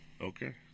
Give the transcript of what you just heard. Okay